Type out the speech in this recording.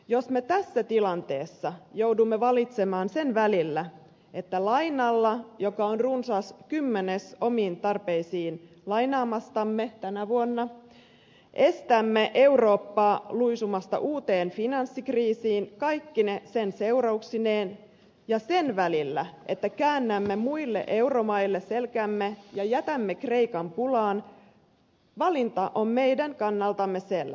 jos me tässä tilanteessa joudumme valitsemaan sen välillä että lainalla joka on runsas kymmenes omiin tarpeisiin lainaamastamme tänä vuonna estämme eurooppaa luisumasta uuteen finanssikriisiin kaikkine sen seurauksineen ja sen välillä että käännämme muille euromaille selkämme ja jätämme kreikan pulaan valinta on meidän kannaltamme selvä